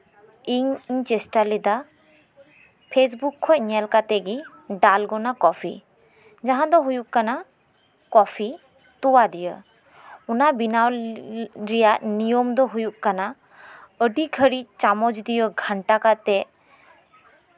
ᱤᱧᱤᱧ ᱪᱮᱥᱴᱟ ᱞᱮᱫᱟ ᱯᱷᱮᱹᱥᱵᱩᱠ ᱠᱷᱚᱱ ᱧᱮᱞ ᱠᱟᱛᱮ ᱜᱮ ᱰᱟᱞᱵᱚᱱᱟ ᱠᱚᱯᱷᱤ ᱡᱟᱦᱟᱸ ᱫᱚ ᱦᱩᱭᱩᱜ ᱠᱟᱱᱟ ᱠᱚᱯᱷᱤ ᱛᱚᱣᱟ ᱫᱤᱭᱮ ᱚᱱᱟ ᱵᱮᱱᱟᱣ ᱨᱮᱭᱟᱜ ᱱᱤᱭᱚᱢ ᱫᱚ ᱦᱩᱭᱩᱜ ᱠᱟᱱᱟ ᱟᱹᱰᱤ ᱜᱷᱟᱹᱲᱤᱡ ᱪᱟᱢᱚᱪ ᱫᱤᱭᱮ ᱜᱷᱟᱱᱴᱟ ᱠᱟᱛᱮ